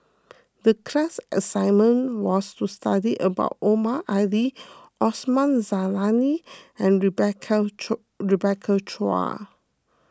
the class assignment was to study about Omar Ali Osman Zailani and Rebecca Rebecca Chua